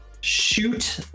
shoot